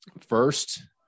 First